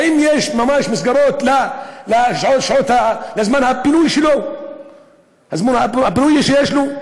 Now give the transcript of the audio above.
האם יש ממש מסגרות לזמן הפנוי שיש לו?